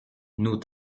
nos